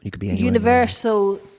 Universal